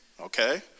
okay